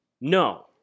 No